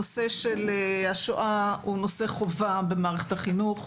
הנושא של השואה הוא נושא חובה במערכת החינוך,